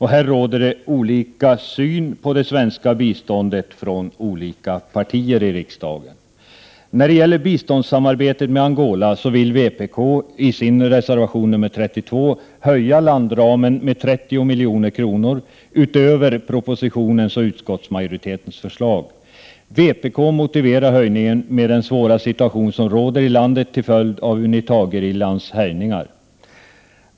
Här råder det olika syn på det svenska biståndet från olika partier i riksdagen. När det gäller biståndssamarbetet med Angola vill vpk — i reservation 32 — höja landramen med 30 milj.kr., utöver propositionens och utskottsmajoritetens förslag. Vpk motiverar höjningen med den svåra situation som råder i landet, till följd UNITA-gerillans härjningar.